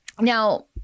Now